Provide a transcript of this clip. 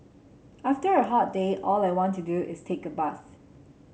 after a hot day all I want to do is take a bath